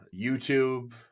YouTube